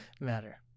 matter